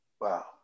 Wow